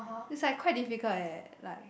it's like quite difficult eh like